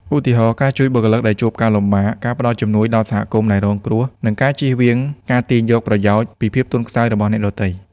ឧទាហរណ៍ ការជួយបុគ្គលិកដែលជួបការលំបាក ការផ្ដល់ជំនួយដល់សហគមន៍ដែលរងគ្រោះ និងការជៀសវាងការទាញយកប្រយោជន៍ពីភាពទន់ខ្សោយរបស់អ្នកដទៃ។